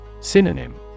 Synonym